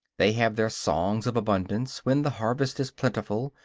they have their songs of abundance, when the harvest is plentiful,